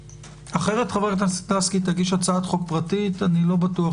אחרת חברת הכנסת לסקי תגיש הצעת חוק פרטית אני לא בטוח